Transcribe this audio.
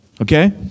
Okay